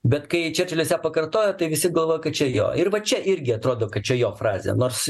bet kai čerčilis ją pakartojo tai visi galvoja kad čia jo ir va čia irgi atrodo kad čia jo frazė nors